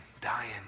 dying